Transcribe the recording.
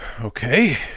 Okay